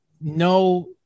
no